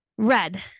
Red